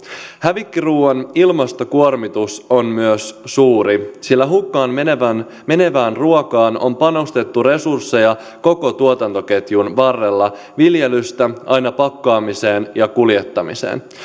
hävikkiruuan ilmastokuormitus on myös suuri sillä hukkaan menevään menevään ruokaan on panostettu resursseja koko tuotantoketjun varrella viljelystä aina pakkaamiseen ja kuljettamiseen